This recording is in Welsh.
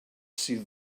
sydd